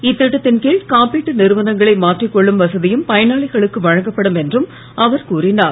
இத்திட்டத்தின் கீழ் காப்பீட்டு நிறுவனங்களை மாற்றிக்கொள்ளும் வசதியும் பயனாளிகளுக்கு வழங்கப்படும் என்றும் அவர் கூறினார்